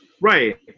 right